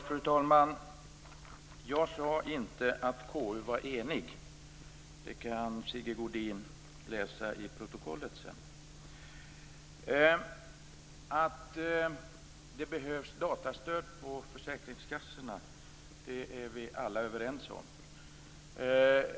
Fru talman! Jag sade inte att KU var enigt, det kan Att det behövs datastöd på försäkringskassorna är vi alla överens om.